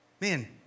Man